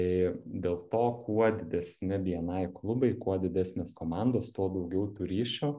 tai dėl to kuo didesni bni klubai kuo didesnės komandos tuo daugiau tų ryšių